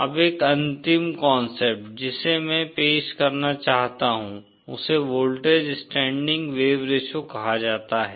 अब एक अंतिम कांसेप्ट जिसे मैं पेश करना चाहता हूं उसे वोल्टेज स्टैंडिंग वेव रेश्यो कहा जाता है